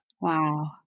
Wow